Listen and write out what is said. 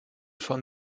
von